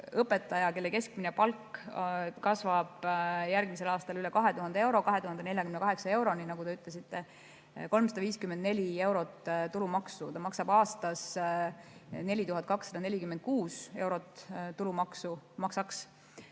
õpetaja, kelle keskmine palk kasvab järgmisel aastal üle 2000 euro, 2048 euroni, nagu te ütlesite, kuus 354 eurot tulumaksu. Aastas maksaks ta 4246 eurot tulumaksu.